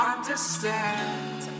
Understand